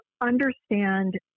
understand